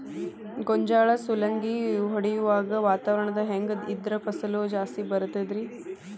ಗೋಂಜಾಳ ಸುಲಂಗಿ ಹೊಡೆಯುವಾಗ ವಾತಾವರಣ ಹೆಂಗ್ ಇದ್ದರ ಫಸಲು ಜಾಸ್ತಿ ಬರತದ ರಿ?